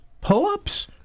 pull-ups